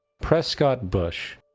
prescott bush,